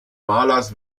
malers